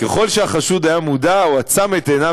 ככל שהחשוד היה מודע או עצם את עיניו